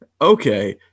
Okay